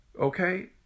Okay